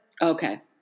okay